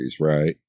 right